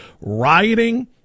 rioting